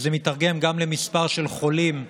וזה מיתרגם גם למספר של חולים קשים,